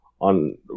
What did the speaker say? on